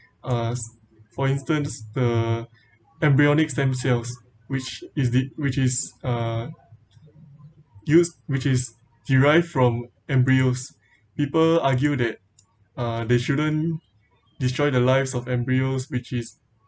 uh for instance the embryonic stem cells which is the which is uh used which is derived from embryos people argue that uh they shouldn't destroy the lives of embryos which is